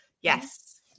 Yes